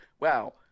wow